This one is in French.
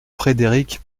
frédéric